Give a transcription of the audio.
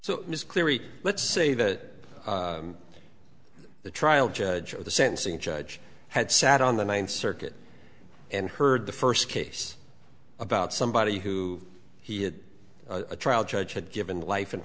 so cleary let's say that the trial judge of the sentencing judge had sat on the ninth circuit and heard the first case about somebody who he had a trial judge had given